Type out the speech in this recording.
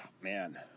man